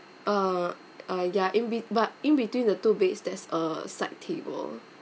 uh uh ya in bet~ but in between the two beds there's a side table